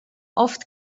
oft